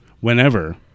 Whenever